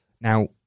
Now